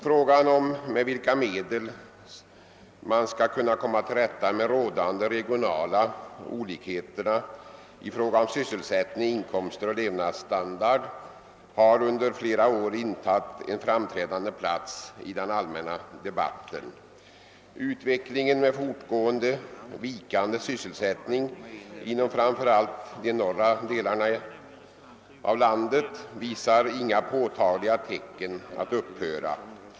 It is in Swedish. Frågan om med viika medel man skall kunna komma till rätta med rådande regionala olikheter vad gäller sysselsättning, inkomster och levnadsstandard har under flera år intagit en framträdande plats i den allmänna debatten. Utvecklingen med fortgående vikande sysselsättning inom framför allt de norra delarna av landet visar inga påtagliga tecken att upphöra.